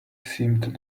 seemed